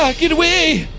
like get away.